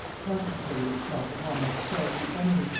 concentrated itself upon that stealthy enemy,